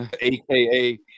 AKA